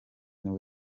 nibwo